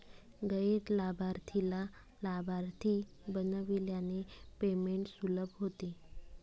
गैर लाभार्थीला लाभार्थी बनविल्याने पेमेंट सुलभ होते